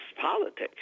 politics